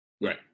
Right